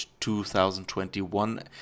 2021